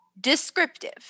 Descriptive